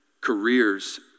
careers